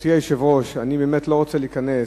גברתי היושבת-ראש, אני באמת לא רוצה להיכנס,